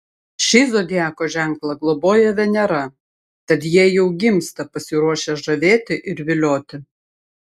šį zodiako ženklą globoja venera tad jie jau gimsta pasiruošę žavėti ir vilioti